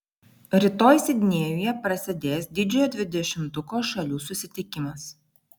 rytoj sidnėjuje prasidės didžiojo dvidešimtuko šalių susitikimas